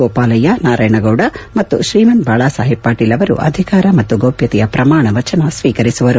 ಗೋಪಾಲಯ್ಯ ನಾರಾಯಣಗೌಡ ಮತ್ತು ಶ್ರೀಮಂತ್ ಬಾಳಾಸಾಹೇಬ್ ಪಾಟೀಲ್ ಅವರು ಅಧಿಕಾರ ಮತ್ತು ಗೌಪ್ಯತೆಯ ಪ್ರಮಾಣ ವಚನ ಸ್ವೀಕರಿಸುವರು